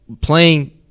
playing